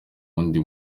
wundi